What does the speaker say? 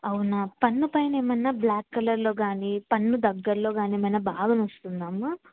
అవునా పన్ను పైన ఏమైనా బ్లాక్ కలర్లో కానీ పన్ను దగ్గరలో కానీ ఏమైనా బాగా నోస్తుందమ్మా